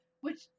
which-